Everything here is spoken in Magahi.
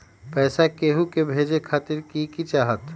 पैसा के हु के भेजे खातीर की की चाहत?